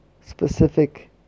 specific